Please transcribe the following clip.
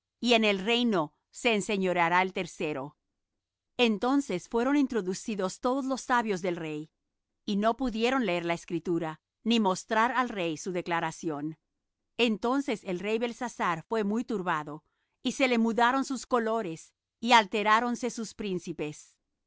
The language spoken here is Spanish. y en el reino se enseñoreará el tercero entonces fueron introducidos todos los sabios del rey y no pudieron leer la escritura ni mostrar al rey su declaración entonces el rey belsasar fué muy turbado y se le mudaron sus colores y alteráronse sus príncipes la